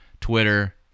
Twitter